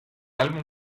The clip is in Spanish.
álbum